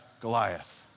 Goliath